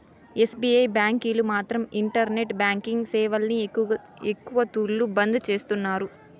SBI బ్యాంకీలు మాత్రం internet banking సేవల్ని ఎక్కవ తూర్లు బంద్ చేస్తున్నారు